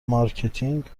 مارکتینگ